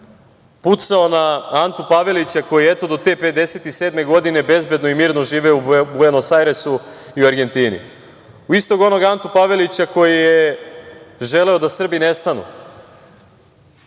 pucao na Antu Pavelića koji je, eto do te 1957. godine bezbedno i mirno živeo u Buenos Ajresu i u Argentini, u istog onog Antu Pavelića koji je želeo da Srbi nestanu. Vidite,